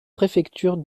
préfecture